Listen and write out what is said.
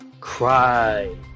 Cry